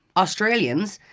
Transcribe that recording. australians,